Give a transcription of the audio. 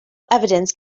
evidence